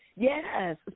Yes